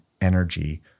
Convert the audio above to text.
energy